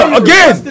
again